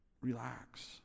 Relax